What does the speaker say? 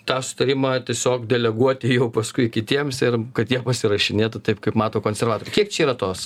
tą sutarimą tiesiog deleguoti jau paskui kitiems ir kad jie pasirašinėtų taip kaip mato konservatoriai kiek čia yra tos